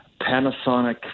Panasonic